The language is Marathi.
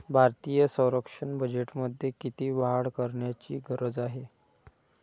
भारतीय संरक्षण बजेटमध्ये किती वाढ करण्याची गरज आहे?